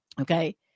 Okay